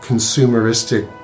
consumeristic